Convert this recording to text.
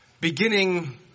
beginning